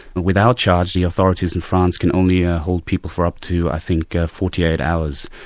but without charging, the authorities in france can only ah hold people for up to i think ah forty eight hours,